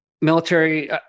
military